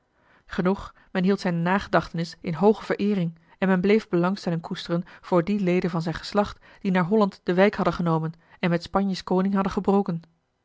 genoeg men hield zijne nagedachtenis in hooge vereering en men bleef belangstelling koesteren voor die leden van zijn geslacht die naar holland de wijk hadden genomen en met spanjes koning hadden gebroken